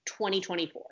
2024